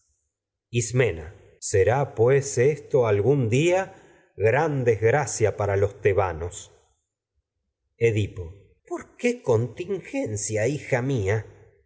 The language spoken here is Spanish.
será pues esto algún día desgracia los tebanos edipo por qué contingencia hija mía